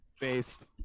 Based